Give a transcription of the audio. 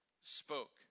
spoke